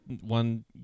one